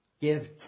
Give